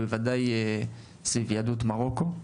בוודאי סביב יהדות מרוקו.